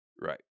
Right